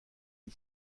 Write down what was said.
une